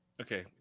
Okay